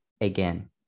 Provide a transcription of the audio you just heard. again